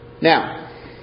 Now